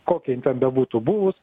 kokia ji ten bebūtų buvus